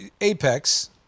Apex